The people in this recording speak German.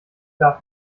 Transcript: darth